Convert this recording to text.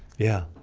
yeah